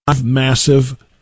massive